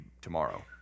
tomorrow